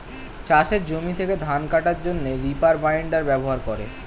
চাষের জমি থেকে ধান কাটার জন্যে রিপার বাইন্ডার ব্যবহার করে